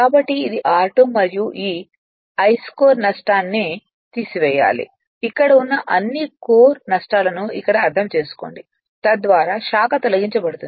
కాబట్టి ఇది r2 'మరియు ఈ ఇస్కోర్ నష్టాన్ని తీసివేయాలి ఇక్కడ ఉన్న అన్ని కోర్ నష్టాలను ఇక్కడ అర్థం చేసుకోండి తద్వారా శాఖ తొలగించబడుతుంది